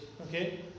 okay